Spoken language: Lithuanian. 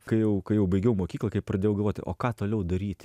kai jau jau baigiau mokyklą kai pradėjau galvoti o ką toliau daryti